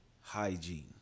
hygiene